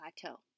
plateau